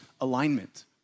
alignment